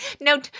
No